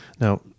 Now